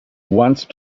once